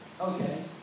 okay